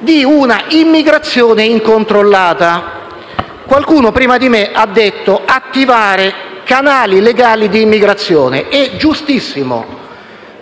di una immigrazione incontrollata. Qualcuno prima di me ha parlato di attivare canali legali di immigrazione: è giustissimo.